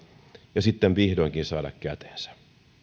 ja sitten vihdoinkin saada käteensä